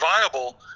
viable